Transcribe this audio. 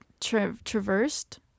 traversed